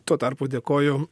tuo tarpu dėkoju